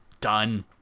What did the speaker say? Done